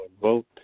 Vote